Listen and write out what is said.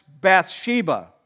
Bathsheba